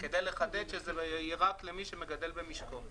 כדי לחדד שזה רק למי שמגדל במשקו.